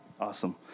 Awesome